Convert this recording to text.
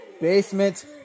Basement